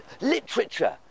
Literature